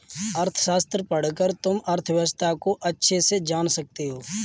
अर्थशास्त्र पढ़कर तुम अर्थव्यवस्था को अच्छे से जान सकते हो